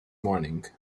morning